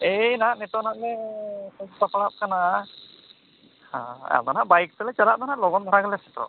ᱮᱭ ᱦᱟᱸᱜ ᱱᱤᱛᱚᱜ ᱱᱟᱦᱟᱸᱜ ᱞᱮ ᱥᱟᱹᱛ ᱥᱟᱯᱲᱟᱜ ᱠᱟᱱᱟ ᱦᱳᱭ ᱟᱫᱚ ᱱᱟᱦᱟᱸᱜ ᱵᱟᱭᱤᱠ ᱛᱮᱞᱮ ᱪᱟᱞᱟᱜ ᱫᱚ ᱦᱟᱸᱜ ᱞᱚᱜᱚᱱ ᱫᱷᱟᱨᱟ ᱜᱮᱞᱮ ᱥᱮᱴᱮᱨᱚᱜᱼᱟ